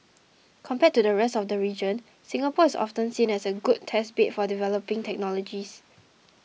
compared to the rest of the region Singapore is often seen as a good test bed for developing technologies